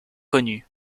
connu